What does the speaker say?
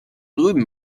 drüben